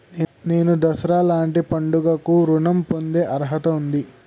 నేను దసరా లాంటి పండుగ కు ఋణం పొందే అర్హత ఉందా?